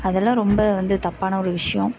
அதெல்லாம் ரொம்ப வந்து தப்பான ஒரு விஷயம்